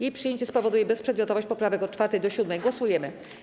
Jej przyjęcie spowoduje bezprzedmiotowość poprawek od 4. do 7. Głosujemy.